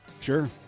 Sure